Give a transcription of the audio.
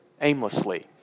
aimlessly